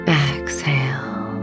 exhale